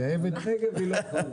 על הנגב היא לא חלה.